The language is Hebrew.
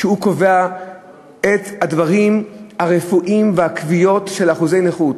שקובע את הדברים הרפואיים והקביעות של אחוזי נכות